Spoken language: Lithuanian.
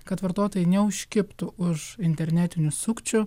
kad vartotojai neužkibtų už internetinių sukčių